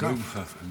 לא בכ"ף, עם קו"ף.